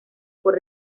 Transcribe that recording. por